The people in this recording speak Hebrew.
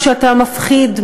כשאתה מפחיד,